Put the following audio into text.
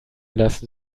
lassen